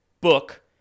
book